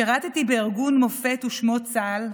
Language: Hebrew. שירתי בארגון מופת ושמו צה"ל,